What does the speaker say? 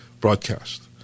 broadcast